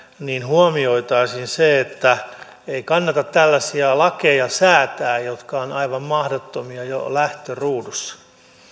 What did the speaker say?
niin huomioitaisiin se että ei kannata tällaisia lakeja säätää jotka ovat aivan mahdottomia jo lähtöruudussa